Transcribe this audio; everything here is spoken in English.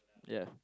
yeah